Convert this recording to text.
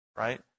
Right